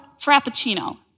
frappuccino